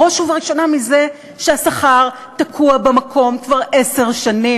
בראש ובראשונה מזה שהשכר תקוע במקום כבר עשר שנים,